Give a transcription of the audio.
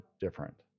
different